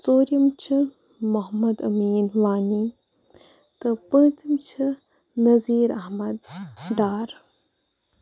ژوٗرِم چھِ محمد امیٖن وانی تہٕ پوٗنٛژِم چھِ نظیٖر احمد ڈار